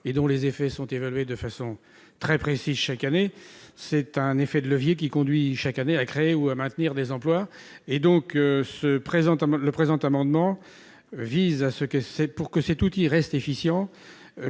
et dont les effets sont évalués de façon très précise, chaque année, c'est un effet de levier qui conduit chaque année à créer ou à maintenir des emplois et donc se présente le présent amendement vise à ce que c'est, pour que cet outil reste efficient